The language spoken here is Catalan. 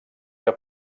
que